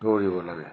দৌৰিব লাগে